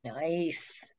Nice